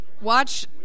Watch